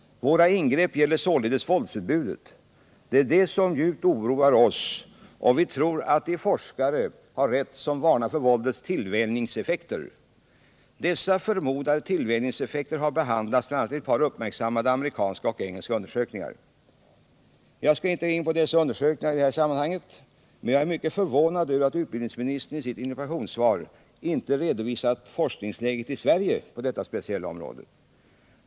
Våra ingrepp gäller således våldsutbudet. Det är det som djupt oroar oss, och vi tror att de forskare har rätt som varnar för våldets tillvänjningseffekter. Dessa förmodade tillvänjningseffekter har behandlats bl.a. i ett par uppmärksammade amerikanska och engelska undersökningar. Jag skall inte gå in på dessa undersökningar i detta sammanhang, men jag är mycket förvånad över att utbildningsministern i sitt interpellationssvar inte redovisat forskningsläget i Sverige på detta speciella område.